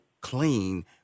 clean